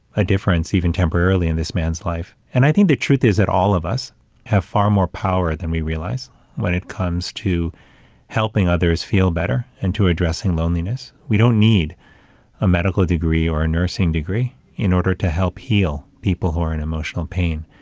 a difference, even temporarily, in this man's life. and i think the truth is that all of us have far more power than we realize when it comes to helping others feel better, and to addressing loneliness we don't need a medical degree or a nursing degree in order to help heal people who are in emotional pain.